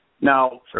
Now